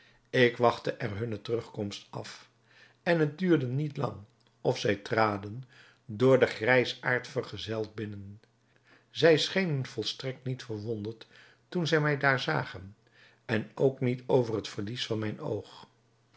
ik wachtte er hunne terugkomst af en het duurde niet lang of zij traden door den grijsaard vergezeld binnen zij schenen volstrekt niet verwonderd toen zij mij daar zagen en ook niet over het verlies van mijn oog